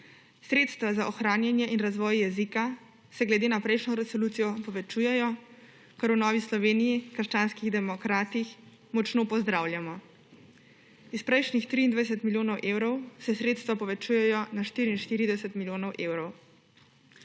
Sredstva za ohranjanje in razvoj jezika se glede na prejšnjo resolucijo povečujejo, kar v Novi Sloveniji – krščanskih demokratih močno pozdravljamo. Iz prejšnjih 23 milijonov evrov, se sredstva povečujejo na 44 milijonov evrov.